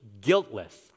guiltless